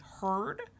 heard